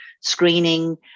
screening